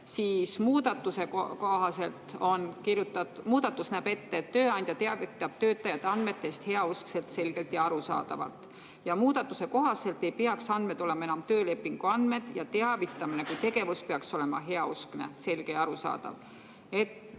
ja arusaadavalt, siis muudatus näeb ette, et tööandja teavitab töötajat andmetest heauskselt, selgelt ja arusaadavalt, ja muudatuse kohaselt ei peaks andmed olema enam töölepingu andmed. Ja teavitamine kui tegevus peaks olema heauskne, selge ja arusaadav.